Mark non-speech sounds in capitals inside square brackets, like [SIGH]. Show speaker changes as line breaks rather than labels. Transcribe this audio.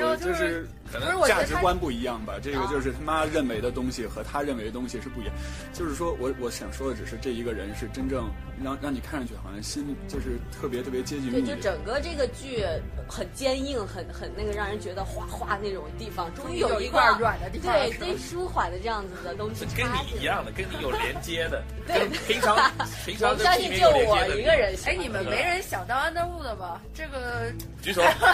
呃，就是
就是-
可能
不是，我觉得他-
价值观不一样吧，这个
啊。
就是他妈认为的东西和他认为的东西是不一样。就是说我- 我想说的只是这一个人是真正让- 让你看上去好像心，嗯，就是特别- 特别接近于
对，
你的。
就整个这个剧很坚硬，很- 很那个让人觉得哗- 哗那种地方，终于有
终于有一块儿
一个-
软的地方了，
对，
是吧？
最舒缓的这样子的东西
[LAUGHS] 跟你
插进来。
一样的，跟你有连接的，
对。
跟平常-
[LAUGHS]
平常
我相信
的地面有连接的
就我一个人
地方。
喜欢
哎，你们
这个。
没人想当安德鲁的吧？
[LAUGHS]
这个-
举手。